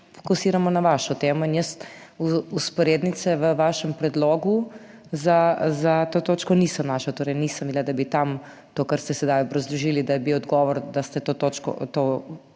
fokusiramo na vašo temo in jaz vzporednice v vašem predlogu za to točko nisem našla, torej nisem videla, da bi tam to kar ste sedaj obrazložili, da je bil odgovor, da ste ta predlog